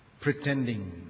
pretending